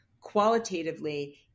qualitatively